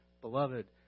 beloved